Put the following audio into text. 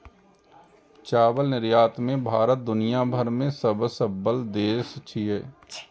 चावल निर्यात मे भारत दुनिया भरि मे सबसं अव्वल देश छियै